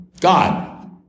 God